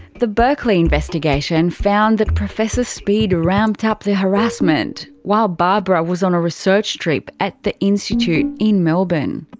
the berkeley investigation found that professor speed ramped up the harassment while barbara was on a research trip at the institute in melbourne.